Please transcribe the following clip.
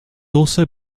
also